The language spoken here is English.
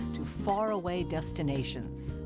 to faraway destinations.